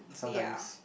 ya